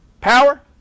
Power